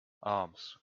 arms